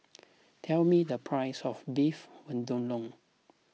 tell me the price of Beef Vindaloo